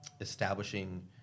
establishing